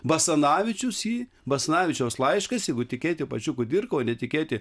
basanavičius į basanavičiaus laiškas jeigu tikėti pačiu kudirka o netikėti